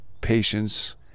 patience